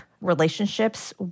relationships